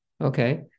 Okay